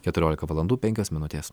keturiolika valandų penkios minutės